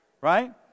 right